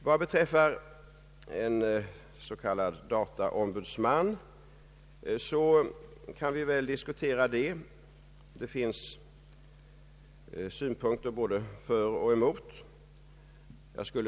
Vad beträffar en s.k. dataombudsman, så kan man väl tänka sig syn punkter både för och emot.